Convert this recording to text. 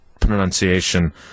pronunciation